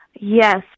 Yes